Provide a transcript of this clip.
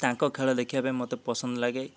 ତାଙ୍କ ଖେଳ ଦେଖିବା ପାଇଁ ମୋତେ ପସନ୍ଦ ଲାଗେ